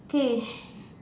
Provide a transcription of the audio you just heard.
okay